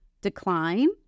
decline